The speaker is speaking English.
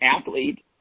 athlete